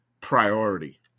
priority